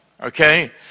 Okay